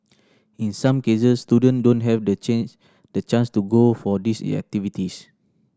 in some cases student don't have the change the chance to go for these activities